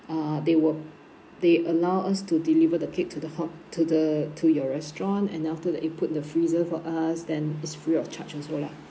uh they will they allow us to deliver the cake to the ho~ to the to your restaurant and after that you put in the freezer for us then is free of charge also lah